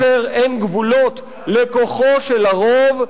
כאשר אין גבולות לכוחו של הרוב,